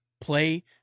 play